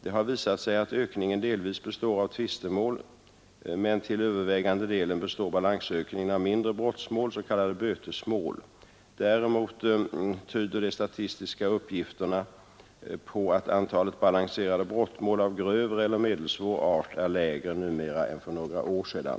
Det har visat sig att ökningen delvis består av tvistemål, men till övervägande delen består balansökningen av mindre brottmål, s.k. bötesmål. Däremot tyder de statistiska uppgifterna på att antalet balanserade brottmål av grövre eller medelsvår art är lägre numera än för några år sedan.